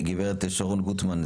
גברת שרון גוטמן,